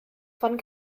von